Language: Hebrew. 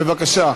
בבקשה.